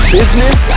business